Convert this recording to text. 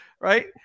right